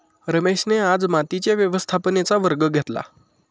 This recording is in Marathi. रमेशने आज मातीच्या व्यवस्थापनेचा वर्ग घेतला